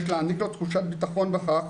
יש להעניק לו תחושת ביטחון בכך